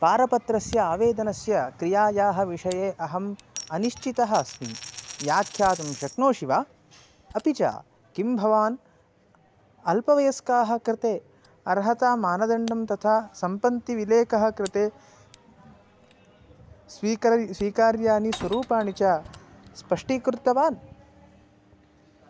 पारपत्रस्य आवेदनस्य क्रियायाः विषये अहम् अनिश्चितः अस्मि व्याख्यातुं शक्नोषि वा अपि च किं भवान् अल्पवयस्कानां कृते अर्हता मानदण्डं तथा सम्पत्तिविलेखस्य कृते स्वीकरि स्वीकार्याणि स्वरूपाणि च स्पष्टीकृतवान्